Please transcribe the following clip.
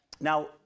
Now